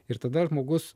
ir tada žmogus